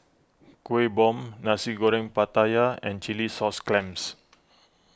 Kueh Bom Nasi Goreng Pattaya and Chilli Sauce Clams